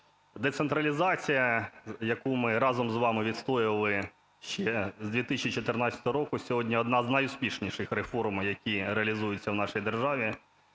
Децентралізація, яку ми разом з вами відстоювали ще з 2014 року – сьогодні одна з найуспішніших реформ, які реалізуються в нашій державі.